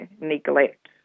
neglect